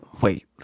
wait